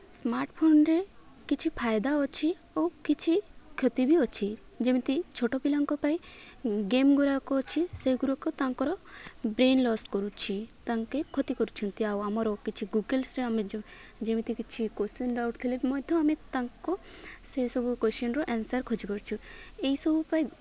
ସ୍ମାର୍ଟ୍ଫୋନ୍ରେ କିଛି ଫାଇଦା ଅଛି ଓ କିଛି କ୍ଷତି ବି ଅଛି ଯେମିତି ଛୋଟ ପିଲାଙ୍କ ପାଇଁ ଗେମ୍ଗୁୁଡ଼ାକ ଅଛି ସେଗୁୁଡ଼ାକ ତାଙ୍କର ବ୍ରେନ୍ ଲସ୍ କରୁଛି ତାଙ୍କେ କ୍ଷତି କରୁଛନ୍ତି ଆଉ ଆମର କିଛି ଗୁଗଲ୍ସରେ ଆମେ ଯେମିତି କିଛି କୋଶ୍ଚିନ୍ ଡାଉଟ୍ ଥିଲେ ମଧ୍ୟ ଆମେ ତାଙ୍କୁ ସେସବୁ କୋଶ୍ଚିନ୍ର ଆନ୍ସାର୍ ଖୋଜିପାରୁଛୁ ଏହିସବୁ ପାଇଁ